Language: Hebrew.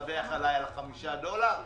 אתה מדווח על חמישה דולר?